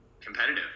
competitive